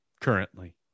currently